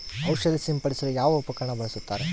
ಔಷಧಿ ಸಿಂಪಡಿಸಲು ಯಾವ ಉಪಕರಣ ಬಳಸುತ್ತಾರೆ?